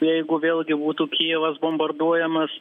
jeigu vėlgi būtų kijevas bombarduojamas